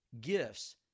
gifts